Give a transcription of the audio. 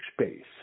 space